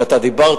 שאתה דיברת,